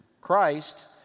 Christ